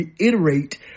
reiterate